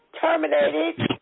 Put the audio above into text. terminated